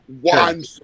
one